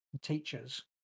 teachers